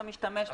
אתה משתמש בו.